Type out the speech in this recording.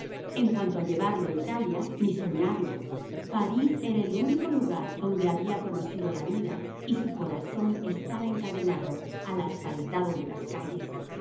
en cuanto a llevarlo a italia ni soñarlo parís era el único lugar donde había conocido la vida y su corazón estaba encadenado al asfaltado de las calles